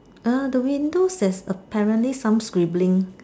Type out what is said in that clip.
uh the windows has apparently some scribbling